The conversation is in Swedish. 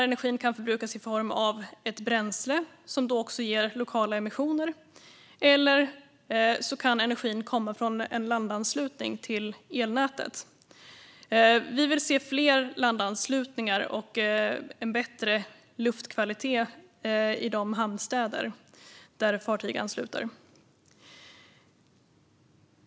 Energin kan förbrukas i form av ett bränsle som ger lokala emissioner, eller så kan energin komma från en landanslutning till elnätet. Vi vill se fler landanslutningar och en bättre luftkvalitet i de hamnstäder som fartyg anlöper.